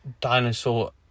dinosaur